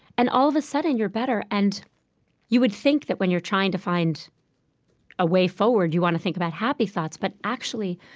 and all of a sudden, you're better and you would think that when you're trying to find a way forward, you want to think about happy thoughts, but actually,